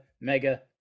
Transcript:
Mega